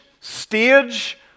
stage